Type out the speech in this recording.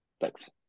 Thanks